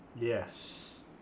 Yes